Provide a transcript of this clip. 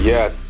Yes